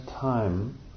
time